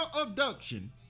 abduction